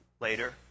later